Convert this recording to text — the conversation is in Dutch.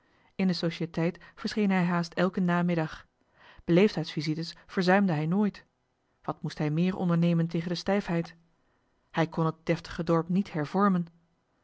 in de societeit verscheen hij haast elken namiddag beleefdheidsvisites verzuimde hij nooit wat moest hij meer ondernemen tegen de stijfheid hij kon het deftige dorp niet hervormen